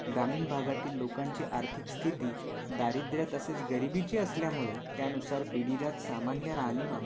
ग्रामीण भागातील लोकांची आर्थिक स्थिती दारिद्र्य तसेच गरिबीची असल्यामुळे त्यानुसार पिढीजात सामान्य राहणीमान